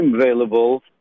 available